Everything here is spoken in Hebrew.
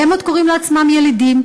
והם עוד קוראים לעצמם ילידים.